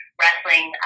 wrestling